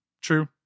True